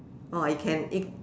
you can